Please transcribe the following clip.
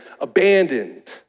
abandoned